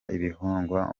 ibihingwa